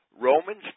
Romans